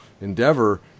endeavor